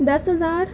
دس ہزار